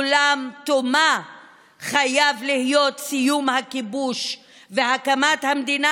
אולם תומה חייב להיות סיום הכיבוש והקמת המדינה